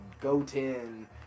Goten